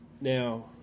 Now